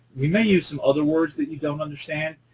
we may use some other words that you don't understand.